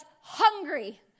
hungry